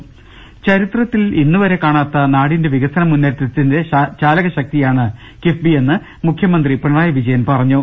രംഭട്ട്ട്ട്ട്ട്ട്ട്ട് ചരിത്രത്തിൽ ഇന്നുവരെ കാണാത്ത നാടിന്റെ വികസനമുന്നേറ്റത്തിന്റെ ചാലകശക്തിയാണ് കിഫ്ബിയെന്ന് മുഖ്യമന്ത്രി പിണറായി വിജയൻ പറ ഞ്ഞു